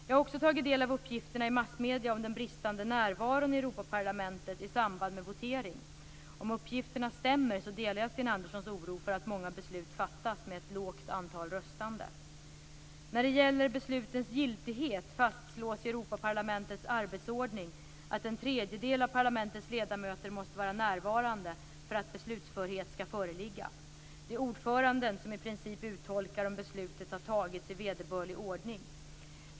Jag har också tagit del av uppgifterna i massmedierna om den bristande närvaron i Europaparlamentet i samband med votering. Om uppgifterna stämmer delar jag Sten Anderssons oro för att många beslut fattas med ett lågt antal röstande. När det gäller beslutens giltighet fastslås i Europaparlamentets arbetsordning att en tredjedel av parlamentets ledamöter måste vara närvarande för att beslutsförhet skall föreligga. Det är ordföranden som i princip uttolkar om beslutet har fattats i vederbörlig ordning.